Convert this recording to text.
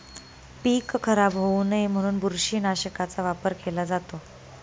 पीक खराब होऊ नये म्हणून बुरशीनाशकाचा वापर केला जातो